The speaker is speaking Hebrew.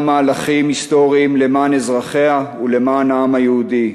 מהלכים היסטוריים למען אזרחיה ולמען העם היהודי.